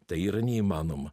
tai yra neįmanoma